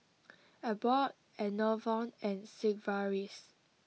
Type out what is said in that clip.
Abbott Enervon and Sigvaris